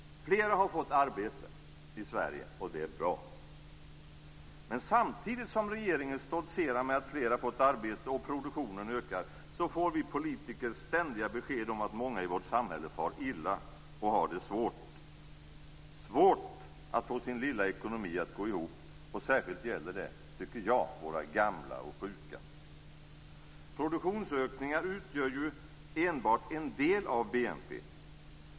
Flera har fått arbete i Sverige, och det är bra. Men samtidigt som regeringen stoltserar med att flera har fått arbete och att produktionen ökar, får vi politiker ständiga besked om att många i vårt samhälle far illa och har svårt att få sin lilla ekonomi att gå ihop. Och särskilt gäller det, tycker jag, våra gamla och sjuka. Produktionsökningar utgör ju enbart en del av BNP.